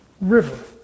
river